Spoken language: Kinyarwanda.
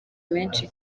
menshi